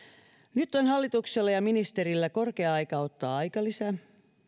nyt on hallituksella ja ministerillä korkea aika ottaa aikalisä